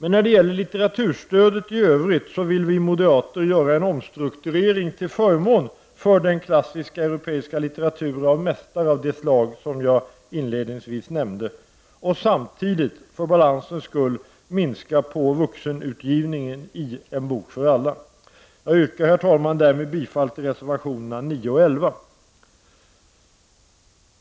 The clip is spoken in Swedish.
När det gäller litteraturstödet i övrigt vill vi moderater göra en omstrukturering till förmån för den klassiska europeiska litteraturen, av mästare av det slag jag inledningsvis nämnde, och samtidigt för balansens skull minska på vuxenutgivningen i En bok för alla. Jag yrkar, herr talman, därmed bifall till reservationerna 9 och 11.